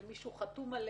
ומישהו חתום עליה.